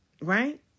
Right